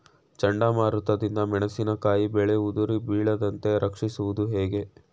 ಚಂಡಮಾರುತ ದಿಂದ ಮೆಣಸಿನಕಾಯಿ ಬೆಳೆ ಉದುರಿ ಬೀಳದಂತೆ ರಕ್ಷಿಸುವುದು ಹೇಗೆ?